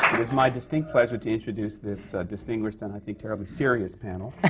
is my distinct pleasure to introduce this distinguished and, i think, terribly serious panel.